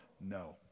No